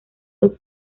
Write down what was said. dos